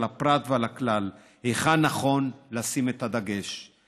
הפרט ועל הכלל היכן נכון לשים את הדגש.